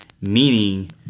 meaning